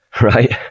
right